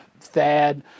Thad